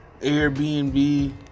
Airbnb